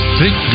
take